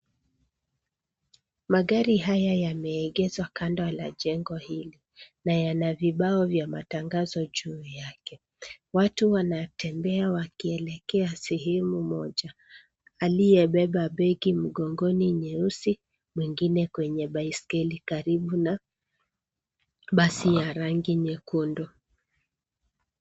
Magari haya yameegezwa kando la jengo hili, na yana vibao vya matangazo juu yake. Watu wanatembea wakielekea sehemu moja. Aliyebeba begi mgongoni nyeusi, mwingine kwenye baiskeli karibu na basi ya rangi nyekundu.